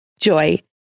Joy